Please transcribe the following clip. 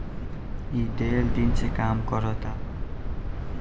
ई ढेर दिन से काम करता